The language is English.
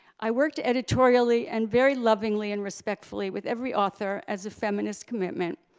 i worked editorially and very lovingly and respectfully with every author as a feminist commitment.